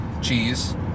cheese